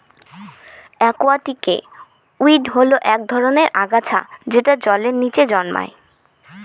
একুয়াটিকে উইড হল এক ধরনের আগাছা যেটা জলের নীচে জন্মায়